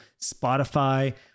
Spotify